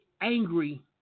angry